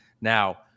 Now